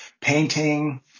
painting